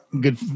good